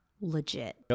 legit